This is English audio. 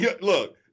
look